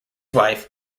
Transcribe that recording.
wife